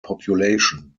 population